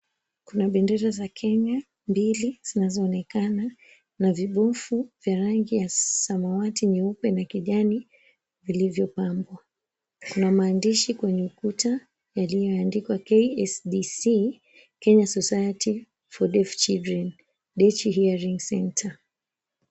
Kuna bendera za Kenya mbili zinazoonekana na vibofu vya rangi ya samawati, nyeupe na kijani vilivyopangwa. Kuna maandishi kwenye ukuta yaliyoandikwa KSDC, Kenya Society for Deaf Children, Dechi Hearing Centre.